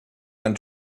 ein